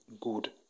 good